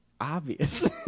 obvious